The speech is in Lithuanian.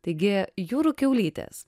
taigi jūrų kiaulytės